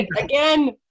again